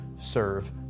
serve